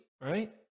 right